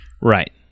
Right